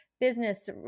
Business